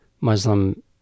muslim